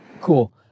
Cool